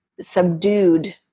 subdued